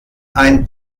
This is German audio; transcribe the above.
ein